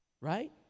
Right